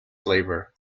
flavor